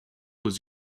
was